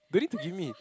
don't need to give me